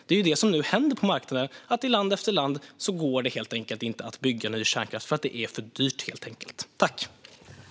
Det är det som nu händer på marknaden - i land efter land går det inte att bygga ny kärnkraft därför att det helt enkelt är för dyrt.